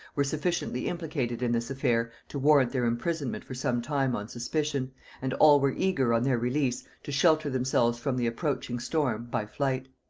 were sufficiently implicated in this affair to warrant their imprisonment for some time on suspicion and all were eager, on their release, to shelter themselves from the approaching storm by flight.